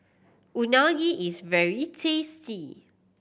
unagi is very tasty